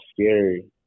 scary